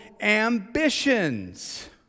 ambitions